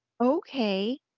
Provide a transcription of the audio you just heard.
okay